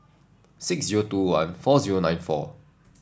six zero two one four zero nine four